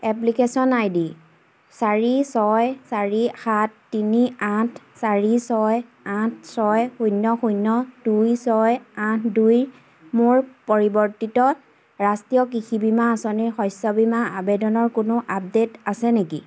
application I D চাৰি ছয় চাৰি সাত তিনি আঠ চাৰি ছয় আঠ ছয় শূন্য শূন্য দুই ছয় আঠ দুইৰ মোৰ পৰিৱৰ্তিত ৰাষ্ট্ৰীয় কৃষি বীমা আঁচনি শস্য বীমা আবেদনৰ কোনো আপডে'ট আছে নেকি